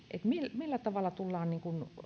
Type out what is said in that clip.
millä millä tavalla tullaan